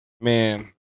Man